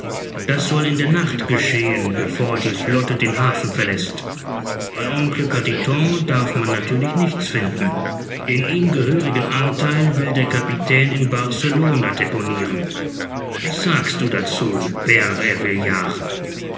das soll in der nacht geschehen bevor die flotte den hafen verläßt bei oncle carditon darf man natürlich nichts finden den ihm gehörigen antheil will der kapitän in barcelona deponiren was sagst du dazu bert ervillard